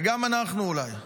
וגם אנחנו אולי,